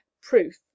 proof